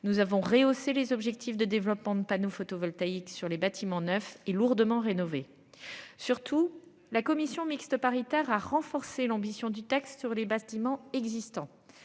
nous avons rehaussé les objectifs de développement de panneaux photovoltaïques sur les bâtiments neufs et lourdement rénovée. Surtout, la commission mixte paritaire, à renforcer l'ambition du texte sur les bâtiments existants.